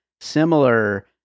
similar